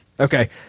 Okay